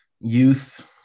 youth